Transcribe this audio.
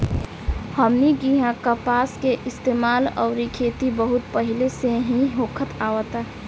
हमनी किहा कपास के इस्तेमाल अउरी खेती बहुत पहिले से ही होखत आवता